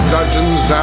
Dungeons